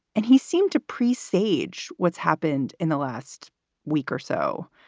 and he seemed to priess sage. what's happened in the last week or so?